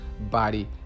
body